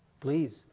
Please